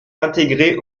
intégrées